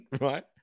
right